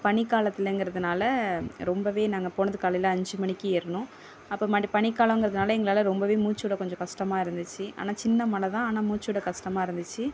பனி காலத்துலங்கிறதுனால ரொம்பவே நாங்கள் போனது காலையில் அஞ்சு மணிக்கு ஏறினோம் அப்போ மூடு பனி காலம்ங்கிறதுனால எங்களால் ரொம்பவே மூச்சு விட கொஞ்சம் கஷ்டமாக இருந்துச்சு ஆனால் சின்ன மல தான் ஆனால் மூச்சு விட கஷ்டமாக இருந்துச்சு